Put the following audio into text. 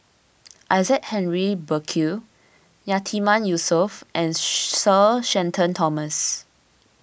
Isaac Henry Burkill Yatiman Yusof and Sir Shenton Thomas